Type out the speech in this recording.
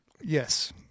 Yes